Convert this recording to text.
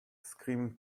scream